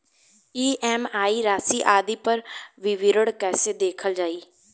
EMI राशि आदि पर विवरण कैसे देखल जाइ?